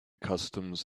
customs